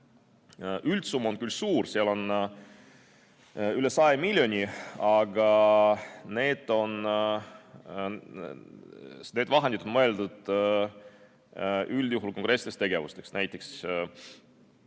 Üldsumma on küll suur, seal on üle 100 miljoni, aga need vahendid on mõeldud üldjuhul konkreetseteks tegevusteks, näiteks